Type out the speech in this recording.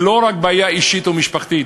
ולא רק בעיה אישית או משפחתית.